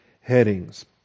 headings